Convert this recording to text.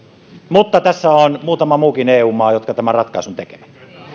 mutta tässä on muutama muukin eu maa jotka tämän ratkaisun tekevät